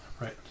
Right